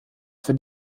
für